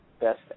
best